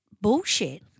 bullshit